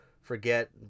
Forget